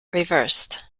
reversed